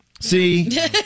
See